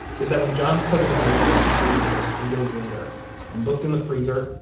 is that when john's cousin reta got into his house three days later and looked in the freezer,